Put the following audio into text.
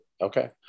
Okay